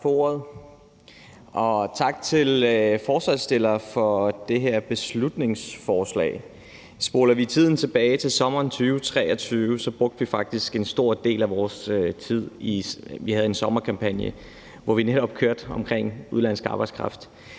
tak til forslagsstillerne for det her beslutningsforslag. Spoler vi tiden tilbage til sommeren 2023, brugte vi faktisk en stor del af vores tid på en sommerkampagne, som vi netop kørte omkring udenlandsk arbejdskraft